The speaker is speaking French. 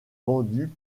vendu